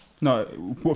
No